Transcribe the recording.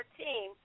team